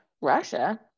Russia